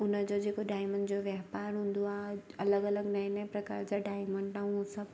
हुनजो जेको डायमंड जो वापारु हूंदो आहे अलॻि अलॻि नएं नएं प्रकार जा डायमंड ऐं सभु